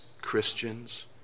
Christians